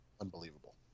unbelievable